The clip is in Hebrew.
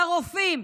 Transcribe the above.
לרופאים,